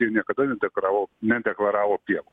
jie niekada deklaravau nedeklaravo pievų